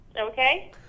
okay